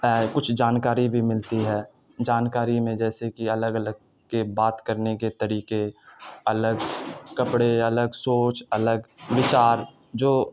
اے کچھ جانکاری بھی ملتی ہے جانکاری میں جیسے کہ الگ الگ کے بات کرنے کے طریقے الگ کپڑے الگ سوچ الگ وچار جو